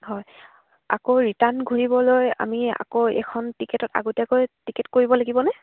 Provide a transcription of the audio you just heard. হয় আকৌ ৰিটাৰ্ণ ঘূৰিবলৈ আমি আকৌ এইখন টিকেটত আগতীয়াকৈ টিকেট কৰিব লাগিবনে